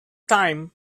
time